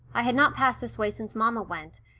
i had not passed this way since mamma went,